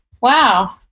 Wow